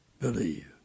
believe